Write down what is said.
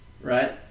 right